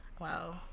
Wow